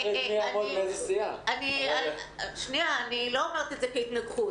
אני לא אומרת את זה כהתנגחות.